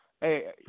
Hey